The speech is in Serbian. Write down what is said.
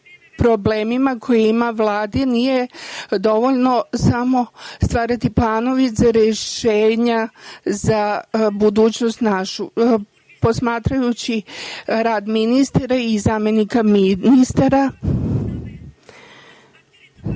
problemima koje imamo, Vladi nije dovoljno samo stvarati planove za rešenja za našu budućnost. Posmatrajući rad ministra i zamenika ministra,